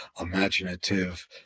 imaginative